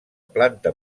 planta